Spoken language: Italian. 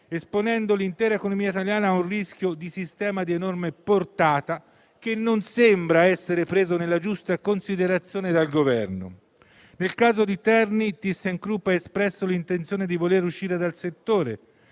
esponendo l'intera economia italiana a un rischio di sistema di enorme portata, che non sembra essere preso nella giusta considerazione dal Governo. Nel caso di Terni, la ThyssenKrupp ha espresso l'intenzione di voler uscire dal settore;